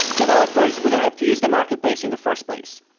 developers would have to use the marketplace in the first place.